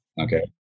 Okay